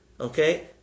okay